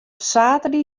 saterdei